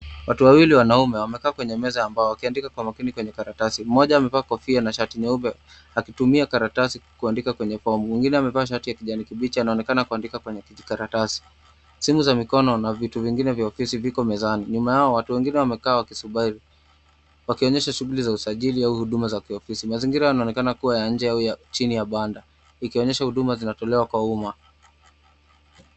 Watu wawili wanaume wamekaa kwenye meza ambao wakiandika kwa makini kwenye karatasi. Mmoja amevaa kofia na shati nyeupe akitumia karatasi kuandika kwenye fomu . Mwingine amevaa shati ya kijani kibichi anaonekana kuandika kwenye kijikaratasi. Simu za mikono na vitu vingine vya ofisi viko mezani. Nyuma yao watu wengine wamekaa wakisubiri wakionyesha shughuli za usajili au huduma za kiofisi. Mazingira yanaonekana kuwa ya nje au ya chini ya banda ikionyesha huduma zinatolewa kwa umma.